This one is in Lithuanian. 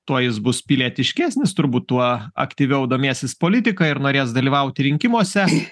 tuo jis bus pilietiškesnis turbūt tuo aktyviau domėsis politika ir norės dalyvauti rinkimuose